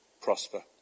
prosper